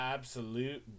Absolute